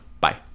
Bye